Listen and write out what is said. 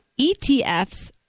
ETFs